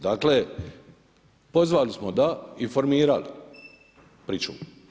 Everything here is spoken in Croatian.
Dakle, pozvali smo, da, i formirali pričuvu.